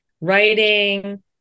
writing